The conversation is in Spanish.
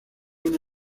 una